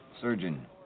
Surgeon